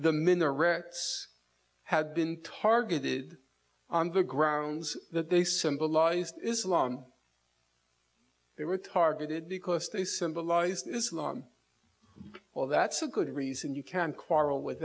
the minarets had been targeted on the grounds that they symbolized islam they were targeted because they symbolize islam or that's a good reason you can quarrel with